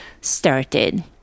started